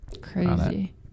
Crazy